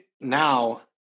now